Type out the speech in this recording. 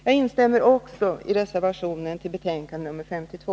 Jag instämmer också i reservationen till skatteutskottets betänkande nr 52.